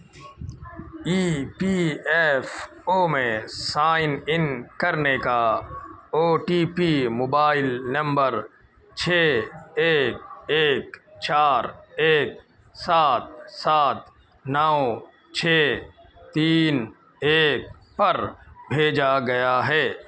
ای P F O میں sign in کرنے کا O T P mobile number چھ ایک ایک چار ایک سات سات نو چھ تین ایک پر بھیجا گیا ہے